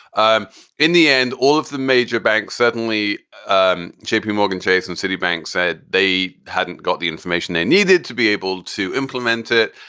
um in the end, all of the major banks suddenly um jp morgan chase and citibank said they hadn't got the information they needed to be able to implement it.